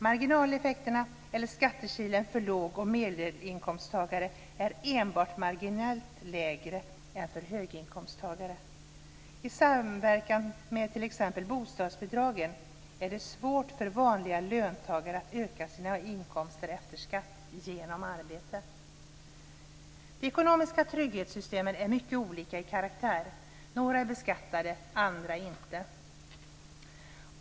Marginaleffekterna eller skattekilen för låg och medelinkomsttagare är enbart marginellt lägre än för höginkomsttagare. I samverkan med t.ex. bostadsbidrag är det svårt för vanliga löntagare att öka sina inkomster efter skatt genom arbete. De ekonomiska trygghetssystemen är mycket olika i karaktär. Några är beskattade andra inte.